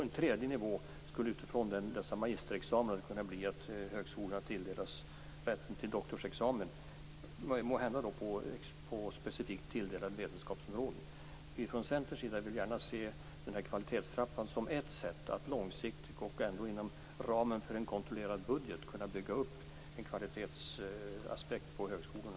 En tredje nivå skulle utifrån dessa magisterexamina kunna bli att högskolan tilldelas rätten till doktorsexamen, måhända då på specifikt tilldelade vetenskapsområden. Från Centerns sida vill vi gärna se den här kvalitetstrappan som ett sätt att långsiktigt och ändå inom ramen för en kontrollerad budget kunna bygga upp en kvalitetsaspekt på högskolorna.